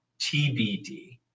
TBD